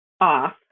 off